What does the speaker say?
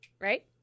right